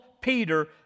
Peter